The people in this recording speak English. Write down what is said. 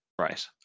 right